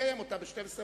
נקיים אותה ב-24:00.